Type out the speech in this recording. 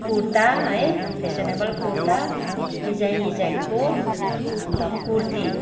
कुर्ता है fashionable kurta design डिजाइनको अन्त कुर्ती